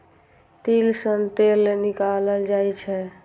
तिल सं तेल निकालल जाइ छै